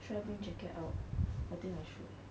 should I bring jacket out I think I should